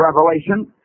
Revelation